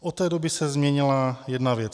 Od té doby se změnila jedna věc.